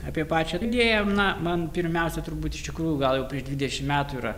apie pačią leidėjam na man pirmiausia turbūt iš tikrųjų gal jau prieš dvidešimt metų yra